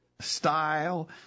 style